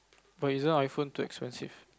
but isn't iPhone too expensive